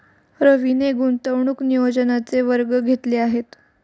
रवीने गुंतवणूक नियोजनाचे वर्ग घेतले आहेत